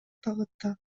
багытта